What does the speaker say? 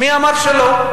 מי אמר שלא?